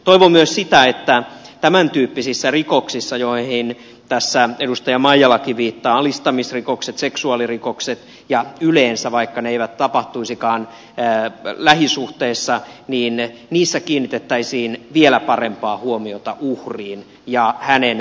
toivon myös sitä että yleensä tämäntyyppisissä rikoksissa joihin tässä edustaja maijalakin viittaa alistamisrikokset seksuaalirikokset vaikka ne eivät tapahtuisikaan lähisuhteessa kiinnitettäisiin vielä parempaa huomiota uhriin ja hänen perheeseensä